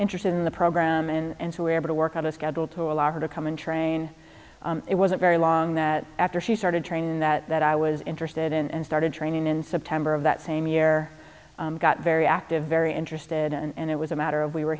interested in the program and so we're able to work out a schedule to allow her to come and train it wasn't very long that after she started training that i was interested in and started training in september of that same year i got very active very interested and it was a matter of we were